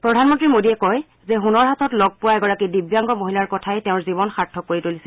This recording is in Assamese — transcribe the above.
প্ৰধানমন্ত্ৰী মোদীয়ে কয় যে হুনৰ হাটত লগত পোৱা এগৰাকী দিব্যাংগ মহিলাৰ কথাই তেওঁৰ জীৱন সাৰ্থক কৰি তুলিছিল